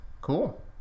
cool